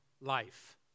life